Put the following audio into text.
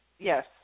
Yes